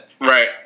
right